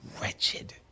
wretched